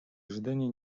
ожидания